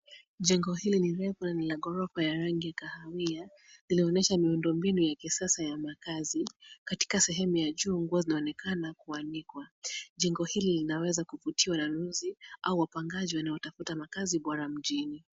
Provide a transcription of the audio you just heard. Jengo hili ni refu na ni la ghorofa ya rangi kahawia, iliyo onyesha miundo mbinu ya kisasa ya makaazi. Katika sehemu ya juu, nguo zinaonekana kuanikwa. Jengo hili linaweza kuvutia wanunuzi au wapangaji wanaotafuta makaazi bora mjini.